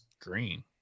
green